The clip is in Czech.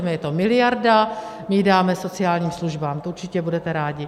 Je to miliarda, my ji dáme sociálním službám, to určitě budete rádi.